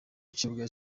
kibuga